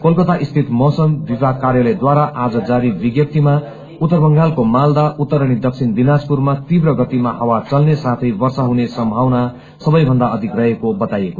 कलकता स्थित मौसम विभाग कार्यालयद्वारा आज जारी विज्ञप्तीमा उत्तर बंगालको मालदा उत्तर अनि दक्षिण दिनाजपुरमा तीव्र गतिमा हावा चल्ने साथै वर्षा हुने सम्भावना सबैभन्दा अधिक रहेको बताइएको